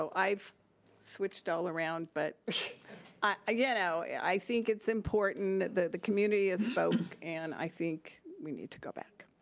so i've switched all around, but i ah you know i think it's important that the community has spoke, and i think we need to go back.